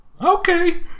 Okay